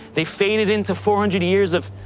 they faded into four hundred years of.